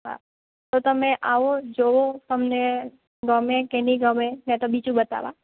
તો તમે આવો જોવો તમને ગમે કે ની ગમે તો બીજું બતાવા